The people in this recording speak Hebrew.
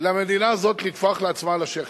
למדינה הזאת לטפוח לעצמה על השכם,